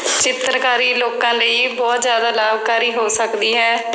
ਚਿੱਤਰਕਾਰੀ ਲੋਕਾਂ ਲਈ ਬਹੁਤ ਜ਼ਿਆਦਾ ਲਾਭਕਾਰੀ ਹੋ ਸਕਦੀ ਹੈ